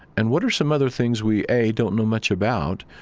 and what are some other things we, a, don't know much about,